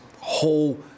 whole